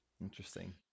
Interesting